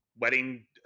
wedding